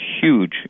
huge